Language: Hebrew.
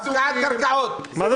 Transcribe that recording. הפקעת קרקעות --- הכשיר חיסולים,